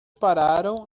pararam